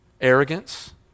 Arrogance